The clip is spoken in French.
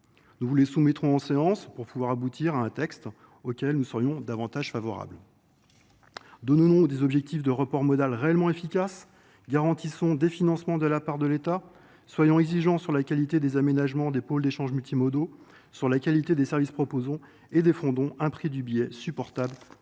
Nous vous les soumettrons en séance pour pouvoir aboutir à un texte auquel nous serions davantage favorables. Donnons nous des objectifs de report modal réellement efficaces, garantissons des financements de la part de l'état, soyons exigeants sur la qualité des aménagements, des pôles d'échange multimodaux, sur la qualité des services proposés et des fondons un prix du billet supportable